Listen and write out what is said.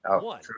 one